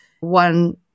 one